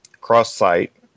Cross-site